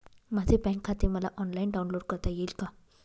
माझे बँक खाते मला ऑनलाईन डाउनलोड करता येईल का?